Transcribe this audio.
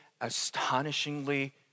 astonishingly